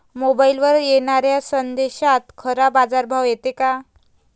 मोबाईलवर येनाऱ्या संदेशात खरा बाजारभाव येते का?